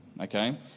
Okay